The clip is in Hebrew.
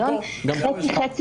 אני רוצה לדעת - בהמשך